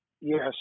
Yes